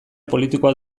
politikoa